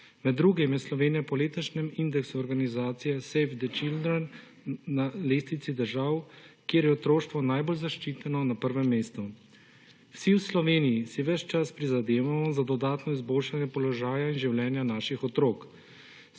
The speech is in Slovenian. Med drugim je Slovenija po letošnjem indeksu organizacije Save the Children na lestvici držav, kjer je otroštvo najbolj zaščiteno, na prvem mestu. Vsi v Sloveniji si ves čas prizadevamo za dodatno izboljšanje položaja in življenja naših otrok.